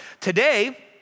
today